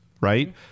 right